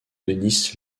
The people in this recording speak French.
denys